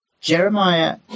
Jeremiah